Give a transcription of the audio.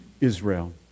Israel